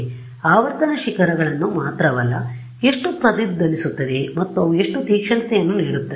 ಅದುಆವರ್ತನ ಶಿಖರಗಳನ್ನು ಮಾತ್ರವಲ್ಲ ಅವು ಎಷ್ಟು ಪ್ರತಿಧ್ವನಿಸುತ್ತದೆ ಮತ್ತು ಅವು ಎಷ್ಟು ತೀಕ್ಷ್ಣತೆಯನ್ನು ನೀಡುತ್ತದೆ